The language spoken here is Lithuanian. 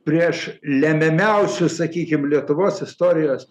prieš lemiamiausiu sakykim lietuvos istorijos